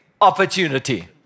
opportunity